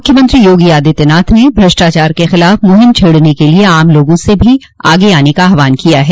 मुख्यमंत्री योगी आदित्यनाथ ने भ्रष्टाचार के खिलाफ मुहिम छेड़ने के लिए आम लोगों से भो आगे आने का आह्वान किया है